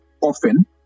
often